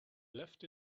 left